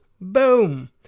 boom